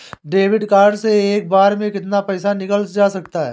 Debit card से एक बार में कितना पैसा निकाला जा सकता है?